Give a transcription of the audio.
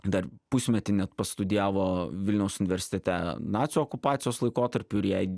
dar pusmetį net pastudijavo vilniaus universitete nacių okupacijos laikotarpiu ir jai